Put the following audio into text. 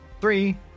three